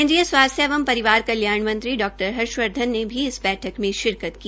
केन्द्रीय स्वास्थ्य एवं परिवकार कल्याण मंत्री डॉ हर्षवर्धन ने भी इस बैठक में शिरकत की